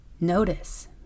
notice